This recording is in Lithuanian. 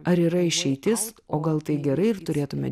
ar yra išeitis o gal tai gerai ir turėtume